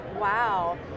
Wow